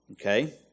Okay